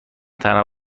تنها